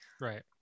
right